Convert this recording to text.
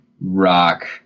rock